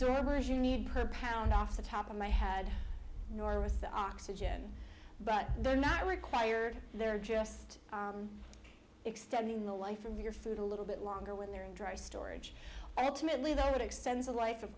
servers you need per pound off the top of my had nor with the oxygen but they're not required they're just extending the life of your food a little bit longer when they're in dry storage i have to merely though that extends the life of